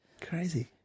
Crazy